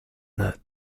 that